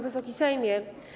Wysoki Sejmie!